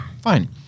Fine